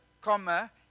comma